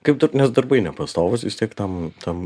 kaip taip nes darbai nepastovūs vis tiek tam tam